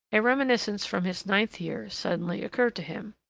a reminiscence from his ninth year suddenly occurred to him.